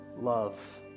love